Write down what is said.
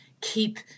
keep